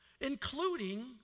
including